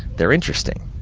they're interesting.